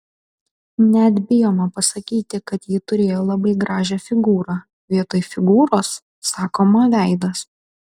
net bijoma pasakyti kad ji turėjo labai gražią figūrą vietoj figūros sakoma veidas